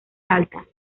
altas